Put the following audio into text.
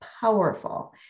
powerful